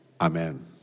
Amen